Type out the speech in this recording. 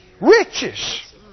riches